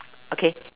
okay